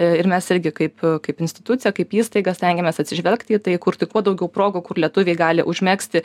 ir mes irgi kaip kaip institucija kaip įstaiga stengiamės atsižvelgti į tai kurti kuo daugiau progų kur lietuviai gali užmegzti